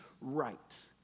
right